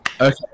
Okay